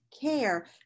care